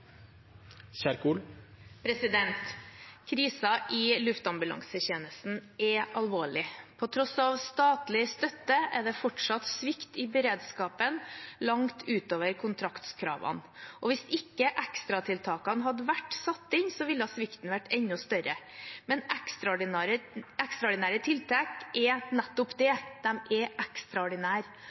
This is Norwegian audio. alvorlig. På tross av statlig støtte er det fortsatt svikt i beredskapen langt utover kontraktkravene. Hvis ikke ekstratiltakene hadde vært satt inn, ville svikten vært enda større. Men ekstraordinære tiltak er nettopp det – de er ekstraordinære